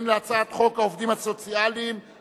שהיא הצעת חוק לתיקון פקודת מס הכנסה (עידוד התיישבות),